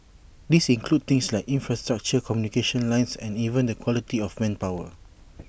these include things like infrastructure communication lines and even the quality of manpower